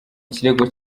ikirego